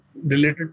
Related